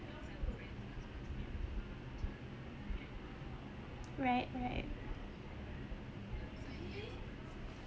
right right